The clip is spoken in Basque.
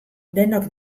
denok